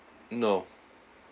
no